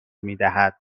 میدهد